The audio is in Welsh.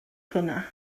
hwnna